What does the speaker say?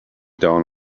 down